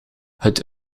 het